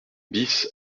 bis